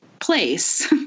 place